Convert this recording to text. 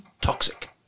toxic